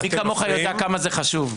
מי כמוך יודע כמה זה חשוב.